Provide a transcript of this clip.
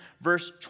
verse